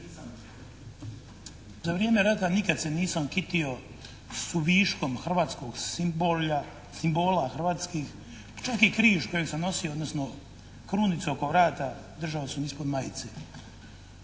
Za vrijeme rata nikad se nisam kitio viškom hrvatskog simbolja, simbola hrvatskih čak i križ koji sam nosio, odnosno krunicu oko vrata, držao sam ispod majce.